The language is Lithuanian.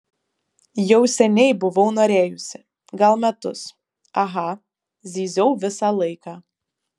jau seniai buvau norėjusi gal metus aha zyziau visą laiką